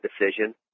decision